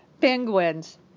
penguins